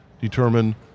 determine